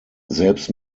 selbst